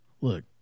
Look